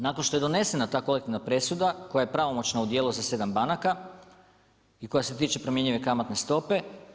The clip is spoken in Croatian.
Nakon što je donesena ta kolektivna presuda, koja je pravomoćna u dijelu za 7 banaka i koja se tiče promjenjive kamatne stope.